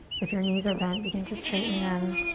if your knees are bent, begin to straighten them.